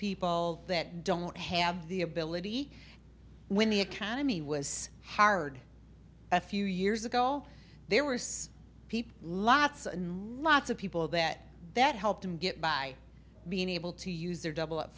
people that don't have the ability when the economy was hard a few years ago there were some people lots and lots of people that that helped them get by being able to use their double